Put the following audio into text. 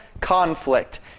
conflict